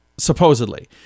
Supposedly